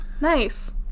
Nice